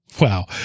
Wow